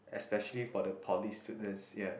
especially for the poly students ya